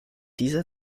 dieser